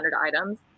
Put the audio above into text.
items